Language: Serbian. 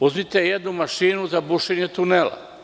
Uzmite jednu mašinu za bušenje tunela.